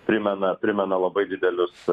primena primena labai didelius